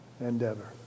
Endeavor